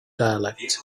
dialect